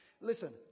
Listen